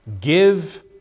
give